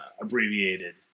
abbreviated